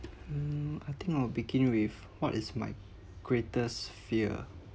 mm I think I will begin with what is my greatest fear